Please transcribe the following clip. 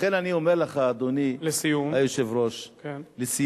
לכן אני אומר לך, אדוני היושב-ראש, לסיום.